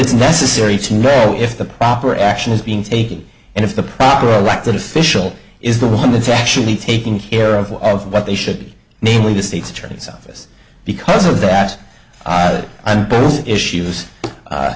it's necessary to know if the proper action is being taking and if the proper a rock the official is the one that's actually taking care of all of what they should namely the state's attorney's office because of that it issues